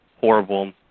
horrible